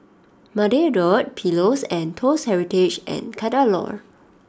Mandalay Road Pillows and Toast Heritage and Kadaloor